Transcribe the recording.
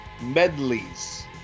medleys